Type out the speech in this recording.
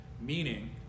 meaning